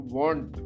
want